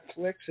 Netflix